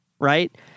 Right